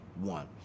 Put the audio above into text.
one